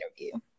interview